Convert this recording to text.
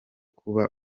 kuba